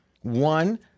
One